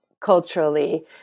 culturally